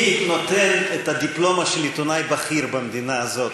מי נותן את הדיפלומה של עיתונאי בכיר במדינה הזאת,